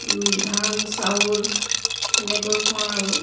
ধান চাউল সেনেকৈ খোৱাওঁ আৰু